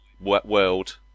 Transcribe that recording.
world